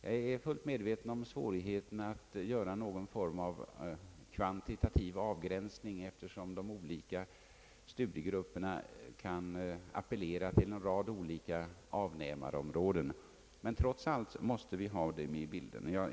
Jag är fullt medveten om svårigheten att göra någon form av kvantitativ avgränsning, eftersom de olika studie gångarna kan appellera till en rad olika avnämarområden, men trots allt måste vi ha den saken med i bilden.